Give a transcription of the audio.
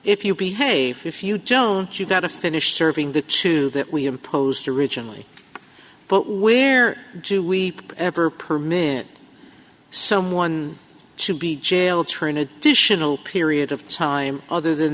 if you behave if you don't you've got to finish serving the two that we imposed originally where do we ever per minute someone to be jailed turn additional period of time other than